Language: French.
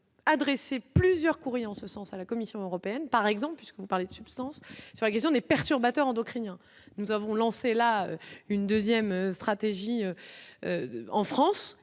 adressé plusieurs courriers en ce sens à la Commission européenne, par exemple, puisque vous parlez de substances sur la question des perturbateurs endocriniens, nous avons lancé la une 2ème stratégie en France